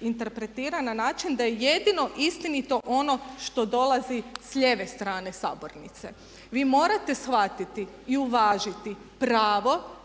interpretira na način da je jedino istinito ono što dolazi s lijeve strane sabornice. Vi morate shvatiti i uvažiti pravo